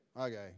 Okay